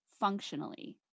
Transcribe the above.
functionally